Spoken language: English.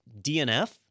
DNF